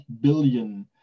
billion